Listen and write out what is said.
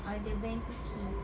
ada Bang Cookies